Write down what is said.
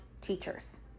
teachers